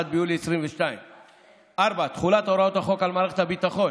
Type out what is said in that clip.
ביולי 2022. 4. תחולת הוראות החוק על מערכת הביטחון,